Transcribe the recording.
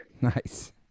Nice